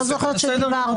בסדר גמור.